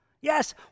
yes